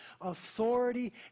authority